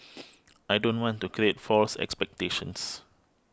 I don't want to create false expectations